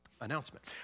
announcement